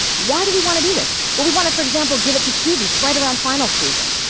why do we want to do this? well, we want to, for example, give it to students right around finals season.